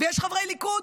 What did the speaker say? ויש חברי הליכוד